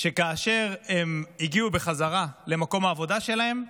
שכאשר הם הגיעו בחזרה למקום העבודה שלהם,